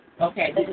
Okay